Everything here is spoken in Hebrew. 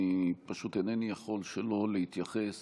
אני פשוט אינני יכול שלא להתייחס